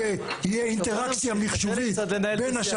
יהיה אינטראקציה מחשובית בין השב"ן,